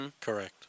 correct